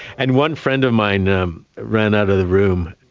and one friend of mine um ran out of the room,